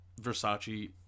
Versace